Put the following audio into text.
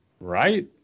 Right